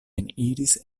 eniris